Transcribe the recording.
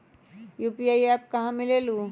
UPI app कहा से मिलेलु?